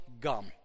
gum